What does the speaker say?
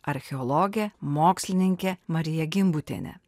archeologė mokslininkė marija gimbutienė